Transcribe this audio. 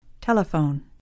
Telephone